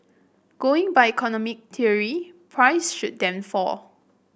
going by economic theory price should then fall